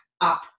Up